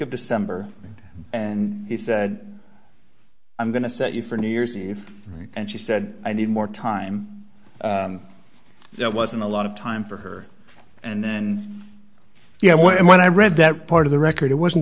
of december and he said i'm going to set you for new year's eve and she said i need more time there wasn't a lot of time for her and then you know when i read that part of the record it wasn't